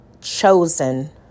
chosen